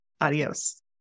adios